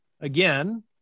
Again